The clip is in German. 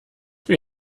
wie